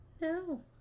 no